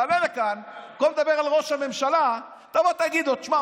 תעלה לכאן ובמקום לדבר על ראש הממשלה תבוא תגיד לו: תשמע,